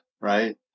right